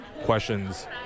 questions